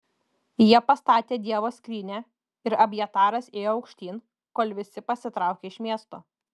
jie pastatė dievo skrynią ir abjataras ėjo aukštyn kol visi pasitraukė iš miesto